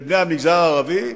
שהם בני המגזר הערבי,